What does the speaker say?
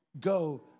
go